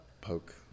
poke